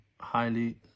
highly